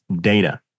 data